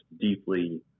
deeply